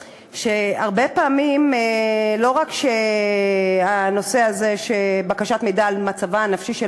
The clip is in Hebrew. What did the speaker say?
הרבה פעמים לא רק שבקשת מידע על מצבה הנפשי של